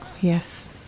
Yes